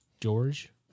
George